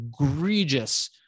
egregious